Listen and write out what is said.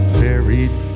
buried